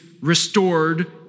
restored